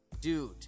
Dude